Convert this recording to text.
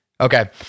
Okay